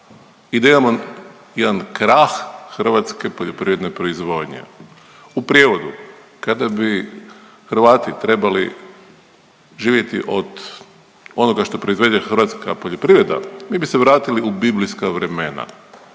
i da imamo jedan krah hrvatske poljoprivredne proizvodnje. U prijevodu kada bi Hrvati trebali živjeti od onoga što proizvede hrvatska poljoprivreda, mi bi se vratili u biblijska vremena.